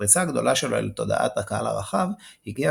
הפריצה הגדולה שלו אל תודעת הקהל הרחב הגיעה